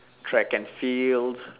track and field